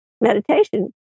meditation